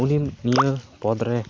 ᱩᱱᱤ ᱱᱤᱭᱟᱹ ᱯᱚᱫᱽᱨᱮ